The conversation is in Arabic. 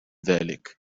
ذلك